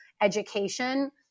education